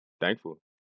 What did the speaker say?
Thankful